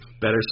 Better